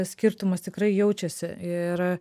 skirtumas tikrai jaučiasi ir